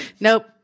Nope